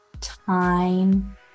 time